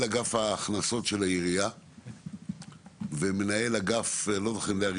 אגף ההכנסות של העירייה ואת מנהל הרישוי,